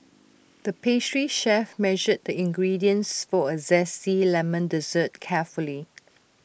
the pastry chef measured the ingredients for A Zesty Lemon Dessert carefully